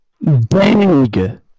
Bang